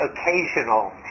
occasional